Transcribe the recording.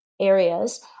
areas